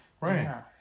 Right